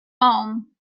home